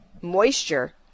moisture